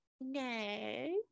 no